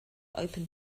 open